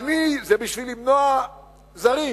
יעני, זה בשביל למנוע זרים.